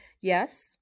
Yes